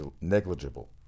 negligible